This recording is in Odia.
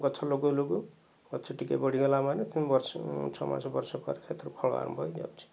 ଗଛ ଲଗାଉ ଲଗାଉ ଗଛ ଟିକେ ବଢ଼ିଗଲା ମାନେ ପୁଣି ବର୍ଷେ ଛଅମାସ ବର୍ଷେ ପରେ ଏଥିରେ ଫଳ ଆରମ୍ଭ ହୋଇଯାଉଛି